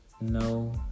No